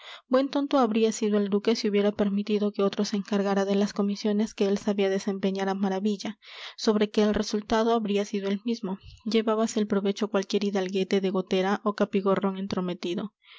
buen tonto habría sido el duque si hubiera permitido que otro se encargara de las comisiones que él sabía desempeñar a maravilla sobre que el resultado habría sido el mismo llevábase el provecho cualquier hidalguete de gotera o capigorrón entrometido